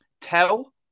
tell